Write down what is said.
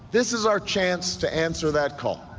this is our chance to answer that call